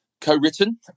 co-written